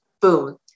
boom